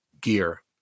gear